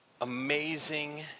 amazing